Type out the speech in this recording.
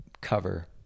cover